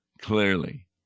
clearly